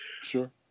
Sure